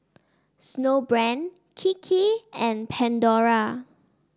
Snowbrand Kiki and Pandora